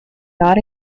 not